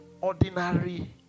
ordinary